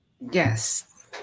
Yes